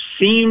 seems